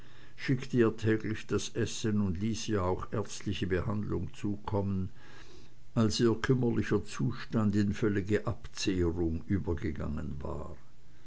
schickte ihr täglich das essen und ließ ihr auch ärztliche behandlung zukommen als ihr kümmerlicher zustand in völlige abzehrung übergegangen war